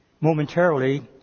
momentarily